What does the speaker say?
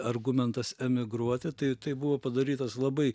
argumentas emigruoti tai tai buvo padarytas labai